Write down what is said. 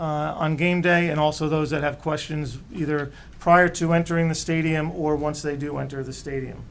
on game day and also those that have questions either prior to entering the stadium or once they do enter the stadium